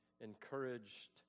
encouraged